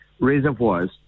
reservoirs